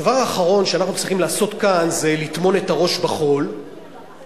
הדבר האחרון שאנחנו צריכים לעשות כאן זה לטמון את הראש בחול ולהגיד: